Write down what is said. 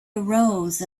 arose